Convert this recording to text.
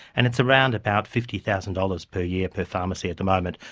and it's around about fifty thousand dollars per year per pharmacy at the moment.